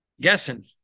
guessing